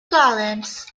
columns